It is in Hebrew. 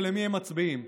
ולמי הם מצביעים.